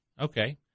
Okay